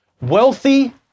Wealthy